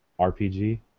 RPG